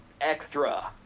extra